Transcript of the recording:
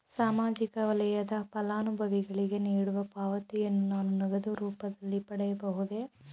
ಸಾಮಾಜಿಕ ವಲಯದ ಫಲಾನುಭವಿಗಳಿಗೆ ನೀಡುವ ಪಾವತಿಯನ್ನು ನಾನು ನಗದು ರೂಪದಲ್ಲಿ ಪಡೆಯಬಹುದೇ?